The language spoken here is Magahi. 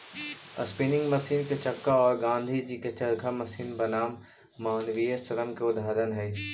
स्पीनिंग मशीन के चक्का औ गाँधीजी के चरखा मशीन बनाम मानवीय श्रम के उदाहरण हई